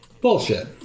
bullshit